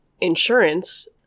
insurance